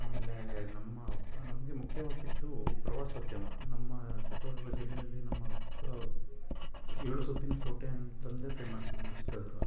ಆಮೇಲೆ ನಮ್ಮ ನಮಗೆ ಮುಖ್ಯವಾಗಿದ್ದು ಪ್ರವಾಸೋದ್ಯಮ ನಮ್ಮ ಚಿತ್ರದುರ್ಗ ಜಿಲ್ಲೆಯಲ್ಲಿ ನಮ್ಮ ಕ್ ಏಳು ಸುತ್ತಿನ ಕೋಟೆ ಅಂತಂದೇ ಫೇಮಸ್ ನಮ್ಮ ಚಿತ್ರದುರ್ಗ